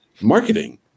marketing